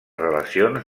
relacions